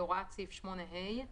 בניגוד להוראת סעיף 8(ה);